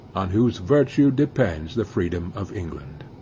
on whose virtue depends the freedom of england.